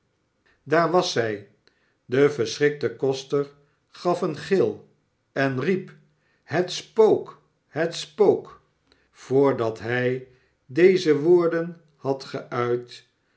daar was zij de verschrikte koster gaf een gil en riep shet spook het spook voordat hij deze woorden had geuit